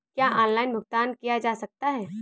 क्या ऑनलाइन भुगतान किया जा सकता है?